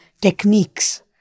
techniques